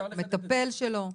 מטפל שלו.